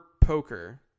poker